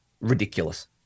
ridiculous